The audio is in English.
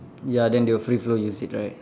ya then they will free flow use it right